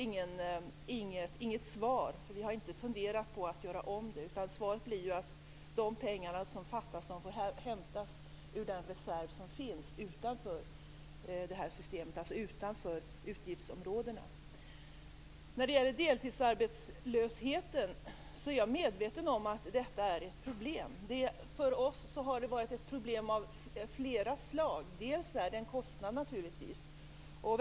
Jag har alltså inget svar. Vi har inte funderat på att göra om systemet, utan svaret blir att de pengar som fattas får hämtas ur den reserv som finns utanför det här systemet, dvs. utanför utgiftsområdena. Jag är medveten om att det Hans Andersson tar upp om deltidsarbetslösheten är ett problem. För oss har det varit ett problem av flera slag. Dels är det naturligtvis en kostnad.